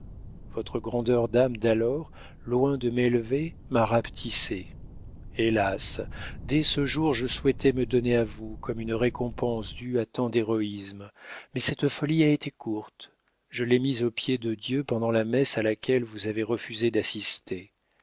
votre grandeur d'âme d'alors loin de m'élever m'a rapetissée hélas dès ce jour je souhaitais me donner à vous comme une récompense due à tant d'héroïsme mais cette folie a été courte je l'ai mise aux pieds de dieu pendant la messe à laquelle vous avez refusé d'assister